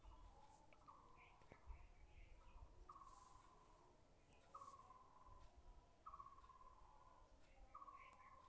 कपास कटवार मशीनेर बार तुई जान छि